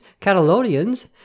Catalonians